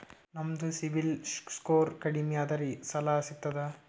ನಮ್ದು CIBIL score ಕಡಿಮಿ ಅದರಿ ಸಾಲಾ ಸಿಗ್ತದ?